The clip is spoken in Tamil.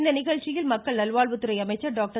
இந்நிகழ்ச்சியில் மக்கள் நல்வாழ்வுத்துறை அமைச்சர் டாக்டர்